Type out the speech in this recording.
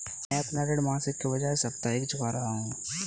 मैं अपना ऋण मासिक के बजाय साप्ताहिक चुका रहा हूँ